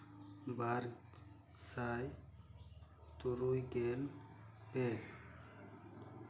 ᱵᱟᱨ ᱥᱟᱭ ᱛᱩᱨᱩᱭ ᱜᱮᱞ ᱯᱮ